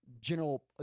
general